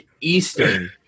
Eastern